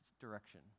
direction